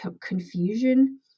confusion